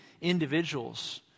individuals